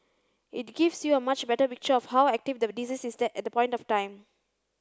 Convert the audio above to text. it gives you a much better picture of how active the disease is at that point of time